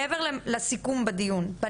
מעבר לסיכום בדיון עצמו,